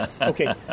Okay